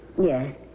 Yes